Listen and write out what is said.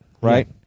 right